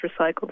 recycled